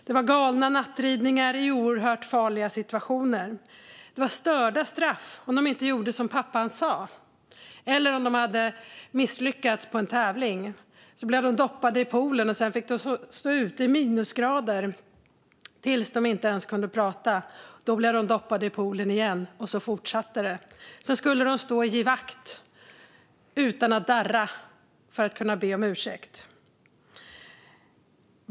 Det var galna nattritter i oerhört farliga situationer. Det var störda straff om de inte gjorde som pappan sa eller om de hade misslyckats på en tävling. Då blev de doppade i poolen och fick sedan stå ute i minusgrader tills de inte ens kunde prata. Då blev de doppade i poolen igen, och så fortsatte det. Sedan skulle de stå i givakt, utan att darra, för att kunna be om ursäkt.